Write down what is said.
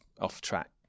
off-track